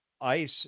Ice